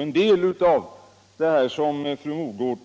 En del av det fru Mogård